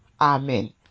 Amen